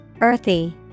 Earthy